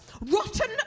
rotten